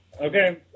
Okay